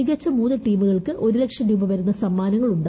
മികച്ച മൂന്ന് ടീമുകൾക്ക് ഒരു ല്ക്ഷംരൂപ വരുന്ന സമ്മാനങ്ങളുണ്ട്